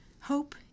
Hope